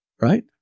right